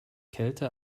kälte